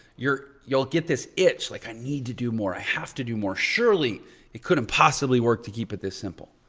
you'll get this itch like i need to do more. i have to do more. surely it couldn't possibly work to keep it this simple.